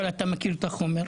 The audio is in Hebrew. אבל אתה מכיר את החומר.